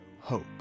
hope